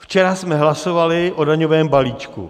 Včera jsme hlasovali o daňovém balíčku.